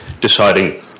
deciding